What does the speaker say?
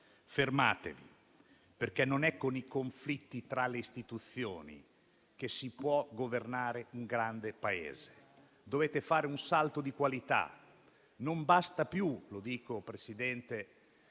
Fermatevi, perché non è con i conflitti tra le istituzioni che si può governare un grande Paese. Dovete fare un salto di qualità. Non basta più - lo dico, Presidente,